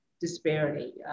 disparity